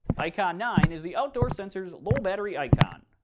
icon nine is the outdoor sensor's low battery icon.